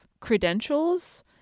credentials